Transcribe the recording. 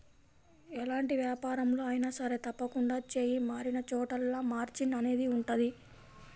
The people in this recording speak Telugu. ఎలాంటి వ్యాపారంలో అయినా సరే తప్పకుండా చెయ్యి మారినచోటల్లా మార్జిన్ అనేది ఉంటది